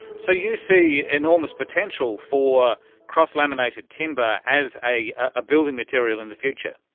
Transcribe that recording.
so you see enormous potential for cross laminated timber as a ah building material in the future?